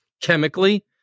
chemically